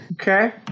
Okay